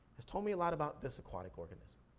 has told me a lot about this aquatic organism.